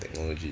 technology